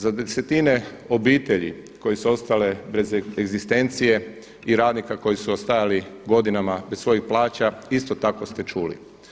Za desetine obitelji koje su ostale bez egzistencije i radnika koji su ostajali godinama bez svojih plaća isto tako ste čuli.